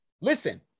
listen